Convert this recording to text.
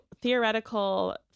theoretical